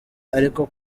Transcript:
ariko